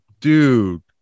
dude